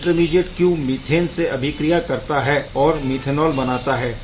यहाँ intermediate Q methane से अभिक्रिया करता है और मिथेनॉल बनाता है